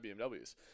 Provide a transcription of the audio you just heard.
BMWs